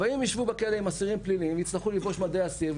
אבל אם הם ישבו בכלא עם אסירים פליליים ויצטרכו ללבוש מדי אסיר,